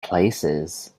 places